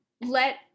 Let